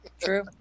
True